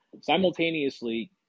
simultaneously